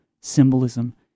symbolism